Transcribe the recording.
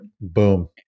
Boom